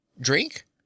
Drink